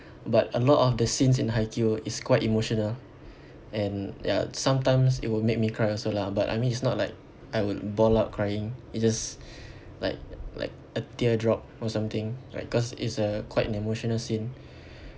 but a lot of the scenes in haikyu is quite emotional and ya sometimes it will make me cry also lah but I mean it's not like I would bawl out crying it's just like like a teardrop or something like cause it's a quite an emotional scene